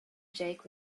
jake